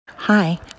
Hi